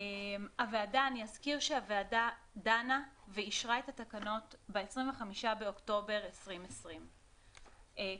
אני אזכיר שהוועדה דנה ואישרה את התקנות ב-25 באוקטובר 2020. כרגע,